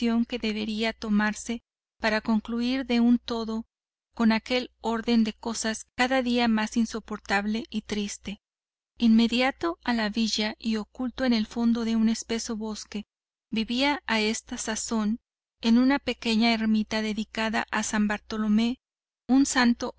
que debería tomarse para concluir de un todo con aquel orden de cosas cada día más insoportable y triste inmediato a la villa y oculto en el fondo de un espeso bosque vivía a esta sazón en una pequeña ermita dedicada a san bartolomé un santo